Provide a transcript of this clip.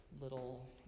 little